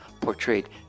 portrayed